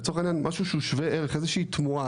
לצורך העניין משהו שהוא שווה ערך איזשהו תמורה,